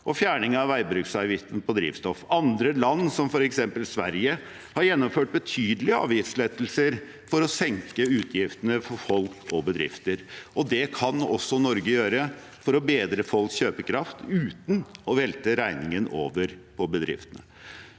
og fjerning av veibruksavgiften på drivstoff. Andre land, som f.eks. Sverige, har gjennomført betydelige avgiftslettelser for å senke utgiftene for folk og bedrifter. Det kan også Norge gjøre for å bedre folks kjøpekraft uten å velte regningen over på bedriftene.